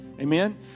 Amen